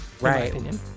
Right